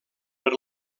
per